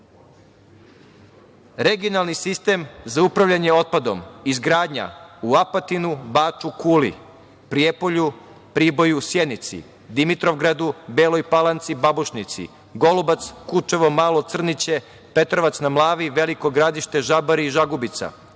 regionalni sistem za upravljanje otpadom, izgradnja u Apatinu, Baču, Kuli, Prijepolju, Priboju, Sjenici, Dimitrovgradu, Beloj Palanci, Babušnici, Golubac, Kučevo, Malo Crniće, Petrovac na Mlavi, Veliko Gradište, Žabari i Žagubica,